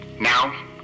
Now